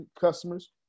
customers